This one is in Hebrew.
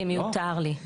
אם יותר לי.